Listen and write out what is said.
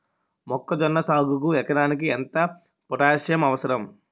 మొక్కజొన్న సాగుకు ఎకరానికి ఎంత పోటాస్సియం అవసరం?